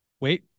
Wait